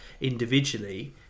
individually